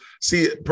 see